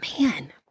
man